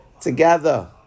together